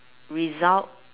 result